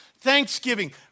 thanksgiving